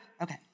Okay